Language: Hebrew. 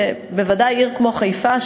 שבוודאי עיר כמו חיפה,